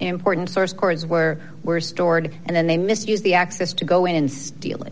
important source cords were were stored and then they misused the access to go in stealing